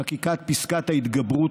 חקיקת פסקת ההתגברות,